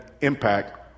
impact